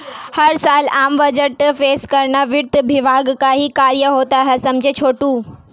हर साल आम बजट पेश करना वित्त विभाग का ही कार्य होता है समझे छोटू